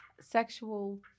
sexual